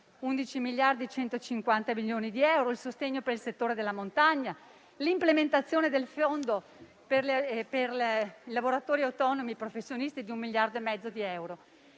copertura di 11,15 miliardi di euro; il sostegno per il settore della montagna; l'implementazione del fondo per i lavoratori autonomi e professionisti di un 1,5 miliardi di euro;